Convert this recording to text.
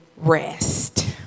rest